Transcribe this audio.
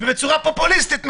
ואני מאוכזב ממך ברמה האישית,